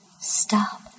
Stop